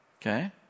Okay